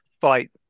fight